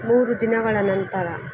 ಮೂರು ದಿನಗಳ ನಂತರ